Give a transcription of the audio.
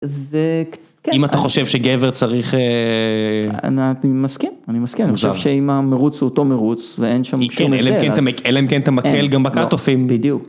זה, כן, אם אתה חושב שגבר צריך... אני מסכים אני מסכים, אני חושב שאם המרוץ הוא אותו מרוץ ואין שם שום הבדל, אלא אם כן אתה מקל גם בקט-אופים... בדיוק